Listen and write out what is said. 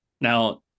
Now